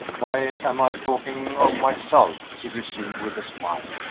why am i talking of myself? he resumed with a smile.